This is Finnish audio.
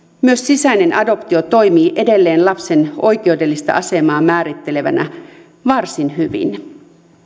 myös sisäinen adoptio toimii edelleen lapsen oikeudellista asemaa määrittelevänä varsin hyvin